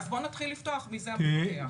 אז בוא נתחיל לפתוח מי זה המפקח.